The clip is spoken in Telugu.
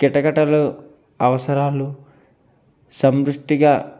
కిటకిటలు అవసరాలు సంపుష్ఠిగా